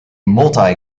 multi